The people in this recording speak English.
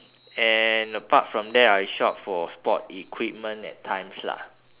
and apart from that I shop for sport equipment at times lah